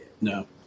No